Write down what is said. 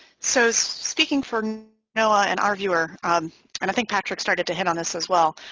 so so speaking for noaa and our viewer and i think patrick started to hit on this as well.